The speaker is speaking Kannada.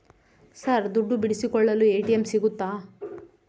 ಸರ್ ದುಡ್ಡು ಬಿಡಿಸಿಕೊಳ್ಳಲು ಎ.ಟಿ.ಎಂ ಸಿಗುತ್ತಾ?